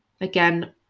Again